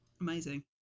Amazing